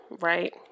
Right